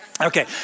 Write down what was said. Okay